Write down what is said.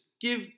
give